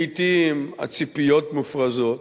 לעתים הציפיות מופרזות.